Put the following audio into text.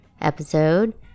episode